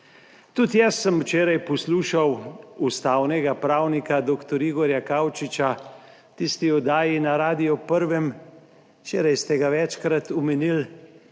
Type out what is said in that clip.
Tudi jaz sem včeraj poslušal ustavnega pravnika doktor Igorja Kaučiča, v tisti oddaji na radiu prvem, včeraj ste ga večkrat omenili,